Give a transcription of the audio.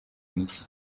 n’iki